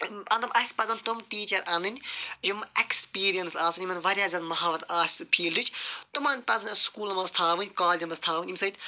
مَطلَب اَسہِ پَزَن تِم ٹیٖچَر اَنٕنۍ یِم ایٚکسپیٖریَنس آسَن یمن واریاہ زیادٕ محبت آسہِ فیٖلڈٕچ تِمَن پَزَن اَسہِ سُکوٗلَن مَنٛز تھاوٕنۍ کالجَن مَنٛز تھاوٕنۍ ییٚمہِ سۭتۍ